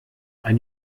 ein